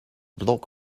block